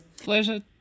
pleasure